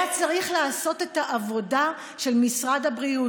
צריך לעשות את העבודה של משרד הבריאות,